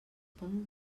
poden